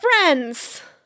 friends